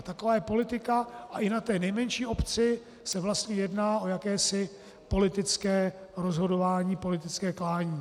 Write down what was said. Taková je politika a i na té nejmenší obci se vlastně jedná o jakési politické rozhodování, politické klání.